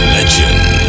Legend